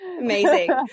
Amazing